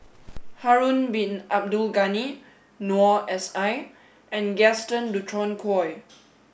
Harun Hin Abdul Ghani Noor S I and Gaston Dutronquoy